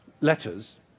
letters